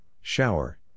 shower